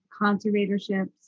conservatorships